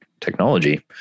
technology